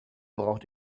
braucht